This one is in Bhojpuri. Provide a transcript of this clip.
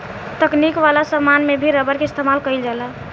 तकनीक वाला समान में भी रबर के इस्तमाल कईल जाता